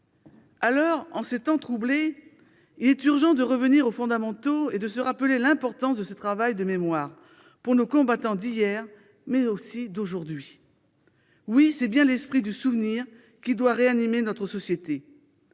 ! En ces temps troublés, il est urgent de revenir aux fondamentaux et de rappeler l'importance de ce travail de mémoire pour nos combattants d'hier et d'aujourd'hui. Oui, c'est bien l'esprit du souvenir qui doit ranimer notre société,